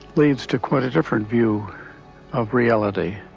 leads to quite a different view of reality,